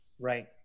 Right